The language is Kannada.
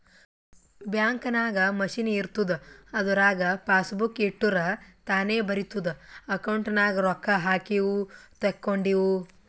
ಬ್ಯಾಂಕ್ ನಾಗ್ ಮಷಿನ್ ಇರ್ತುದ್ ಅದುರಾಗ್ ಪಾಸಬುಕ್ ಇಟ್ಟುರ್ ತಾನೇ ಬರಿತುದ್ ಅಕೌಂಟ್ ನಾಗ್ ರೊಕ್ಕಾ ಹಾಕಿವು ತೇಕೊಂಡಿವು